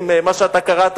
עם מה שקראת